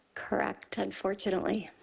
correct. unfortunately.